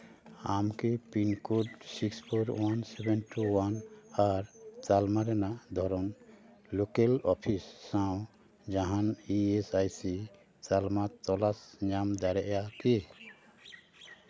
ᱟᱢ ᱠᱤ pin code six four one seven two one ᱟᱨ ᱛᱟᱞᱢᱟ ᱨᱮᱱᱟᱜ ᱫᱷᱚᱨᱚᱱ ᱞᱳᱠᱮᱞ ᱚᱯᱷᱤᱥ ᱥᱟᱶ ᱡᱟᱦᱟᱱ E S I C Talma ᱛᱚᱞᱟᱥ ᱧᱟᱢ ᱫᱟᱲᱮᱭᱟᱜᱼᱟᱢ ᱠᱤ